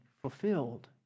fulfilled